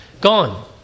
gone